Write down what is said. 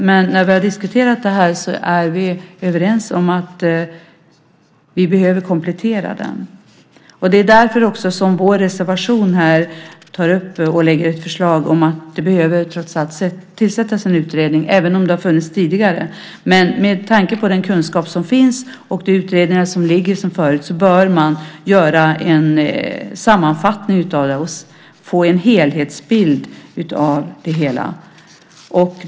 Men när vi har diskuterat det här är vi överens om att vi behöver komplettera den. Det är också därför som vi i vår reservation lägger ett förslag om att det behöver tillsättas en utredning även om det har funnits tidigare. Men med tanke på den kunskap som finns och de utredningar som ligger sedan tidigare bör man göra en sammanfattning och få en helhetsbild av detta.